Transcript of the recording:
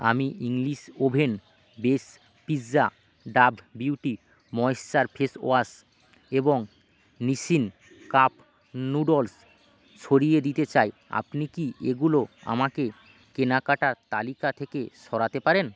আমি English oven base pizza Dove beauty moisture face wash এবং Nissin cup noodles সরিয়ে দিতে চাই আপনি কি এগুলো আমাকে কেনাকাটার তালিকা থেকে সরাতে পারেন